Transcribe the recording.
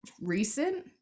recent